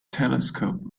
telescope